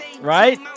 Right